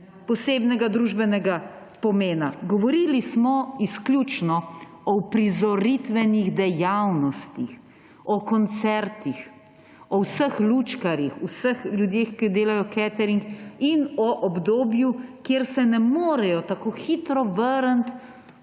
posebnega družbenega pomena. Govorili smo izključno o uprizoritvenih dejavnostih, o koncertih, o vseh lučkarjih, o vseh ljudeh, ki delajo catering, in o obdobju, kjer se ne morejo tako hitro vrniti